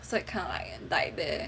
so it kind of die there